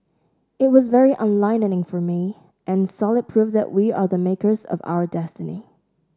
it was very enlightening for me and solid proof that we are the makers of our destiny